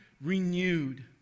renewed